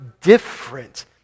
different